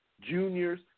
juniors